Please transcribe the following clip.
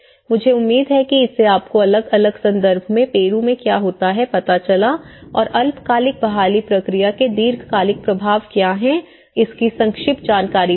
मुझे उम्मीद है कि इससे आपको अलग अलग संदर्भ में पेरू में क्या होता है पता चला और अल्पकालिक बहाली प्रक्रिया के दीर्घकालिक प्रभाव क्या हैं इसकी संक्षिप्त जानकारी मिली